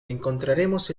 encontraremos